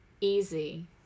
easy